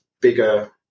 bigger